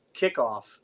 kickoff